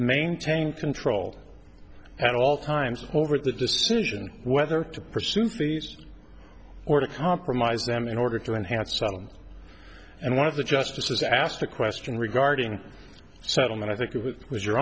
maintain control at all times over the decision whether to pursue fees or to compromise them in order to enhance asylum and one of the justices asked a question regarding settlement i think it was was your